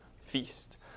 feast